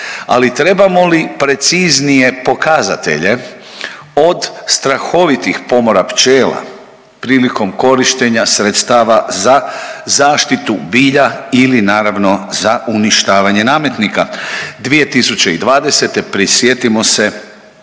ali trebamo li preciznije pokazatelje od strahovitih pomora pčela prilikom korištenja sredstava za zaštitu bilja ili naravno za uništavanje nametnika. 2010. prisjetimo se